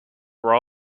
were